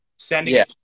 sending